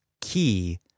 key